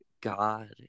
God